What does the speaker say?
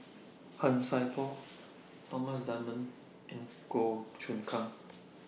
Han Sai Por Thomas Dunman and Goh Choon Kang